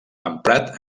emprat